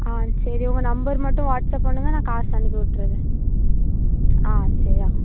ஆ சரி உங்கள் நம்பர் மட்டும் வாட்ஸ்அப் பண்ணுங்க நான் காசு அனுப்பிவிட்டுறேன் ஆ சரியா